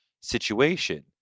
situation